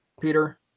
Peter